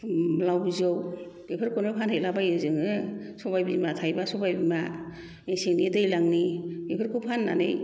लाव बिजौ बेफोरखौनो फानहैलाबायो जोङो सबाय बिमा थायबा सबाय बिमा मेसेंनि दैलांनि बेफोरखौ फाननानै